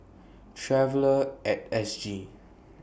Traveller At S G